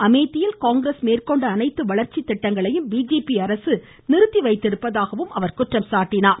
அமேதியில் காங்கிரஸ் மேற்கொண்ட அனைத்து வளர்ச்சி திட்டங்களையும் பிஜேபி அரசு நிறுத்தி வைத்ததாகவும் அவர் குற்றம் சாட்டினார்